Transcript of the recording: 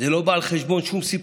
זה לא בא על חשבון שום סיפור,